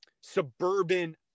suburban